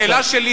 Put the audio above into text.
השאלה שלי,